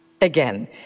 Again